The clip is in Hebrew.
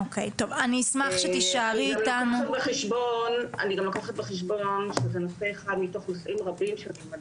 אני גם לוקחת בחשבון שזה אחד מתוך נושאים רבים שנלמדים,